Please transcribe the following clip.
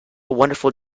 wonderful